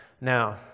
Now